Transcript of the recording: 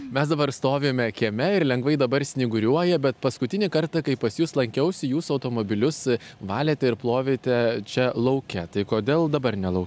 mes dabar stovime kieme ir lengvai dabar snyguriuoja bet paskutinį kartą kai pas jus lankiausi jūs automobilius valėte ir plovėte čia lauke tai kodėl dabar ne lau